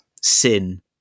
sin